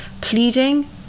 pleading